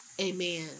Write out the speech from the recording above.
Amen